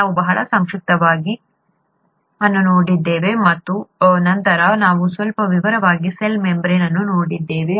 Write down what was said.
ನಾವು ಬಹಳ ಸಂಕ್ಷಿಪ್ತವಾಗಿ ಅನ್ನು ನೋಡಿದ್ದೇವೆ ಮತ್ತು ನಂತರ ನಾವು ಸ್ವಲ್ಪ ವಿವರವಾಗಿ ಸೆಲ್ ಮೆಂಬರೇನ್ ಅನ್ನು ನೋಡಿದ್ದೇವೆ